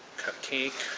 cupcake.